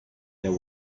there